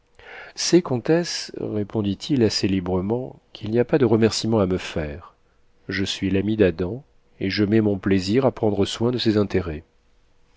c'est comtesse répondit-il assez librement qu'il n'y a pas de remerciements à me faire je suis l'ami d'adam et je mets mon plaisir à prendre soin de ses intérêts